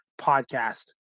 podcast